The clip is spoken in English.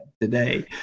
today